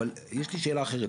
אבל יש לי שאלה אחרת,